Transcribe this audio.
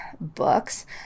books